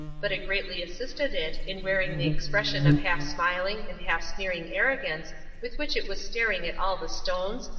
but it greatly assisted it in wearing the expression of half-smiling and half-sneering arrogance with which it was staring at all the stones,